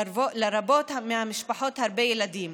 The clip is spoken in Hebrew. לרבות ממשפחות מרובות ילדים.